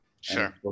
Sure